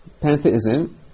Pantheism